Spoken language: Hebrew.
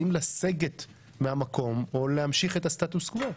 האם לסגת מהמקום או להמשיך את הסטטוס קוו?